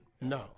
No